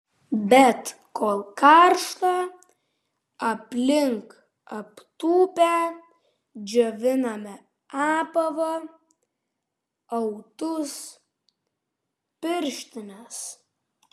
bet kol karšta aplink aptūpę džioviname apavą autus pirštines